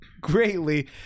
greatly